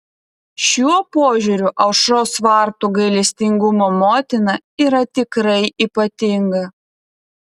šiuo požiūriu aušros vartų gailestingumo motina yra tikrai ypatinga